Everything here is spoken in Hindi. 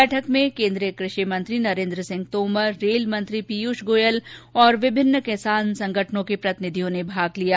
बैठक में केंद्रीय कृषि मंत्री नरेंद्र सिंह तोमर रेल मंत्री पीयूष गोयल और विभिन्न किसान संगठनों के प्रतिनिधियों ने भाग लिया